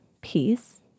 peace